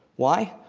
why,